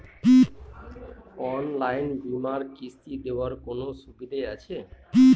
অনলাইনে বীমার কিস্তি দেওয়ার কোন সুবিধে আছে?